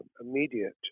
immediate